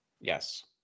Yes